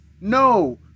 No